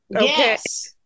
Yes